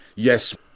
yes.